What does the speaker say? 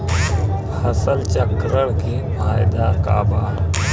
फसल चक्रण के फायदा का बा?